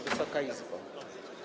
Wysoka Izbo!